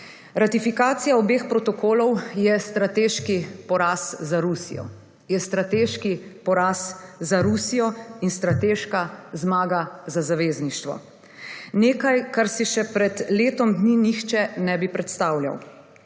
strateški poraz za Rusijo, je strateški poraz za Rusijo in strateška zmaga za zavezništvo. Nekaj, kar si še pred letom dni nihče ne bi predstavljal.